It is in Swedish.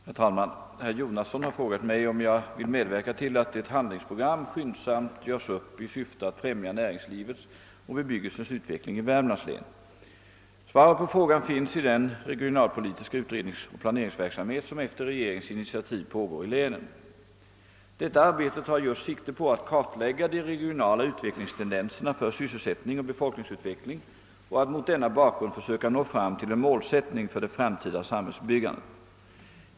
Herr talman! Herr Jonasson har frågat mig om jag vill medverka till att ett handlingsprogram skyndsamt görs upp i syfte att främja näringslivets och bebyggelsens utveckling i Värmlands län. Svaret på frågan finns i den regionalpolitiska utredningsoch planeringsverksamhet som = efter regeringens initiativ pågår i länen. Detta arbete tar just sikte på att kartlägga de regionala utvecklingstendenserna för sysselsättning och befolkningsutveckling och att mot denna bakgrund försöka nå fram till en målsättning för det framtida samhällsbyggandet.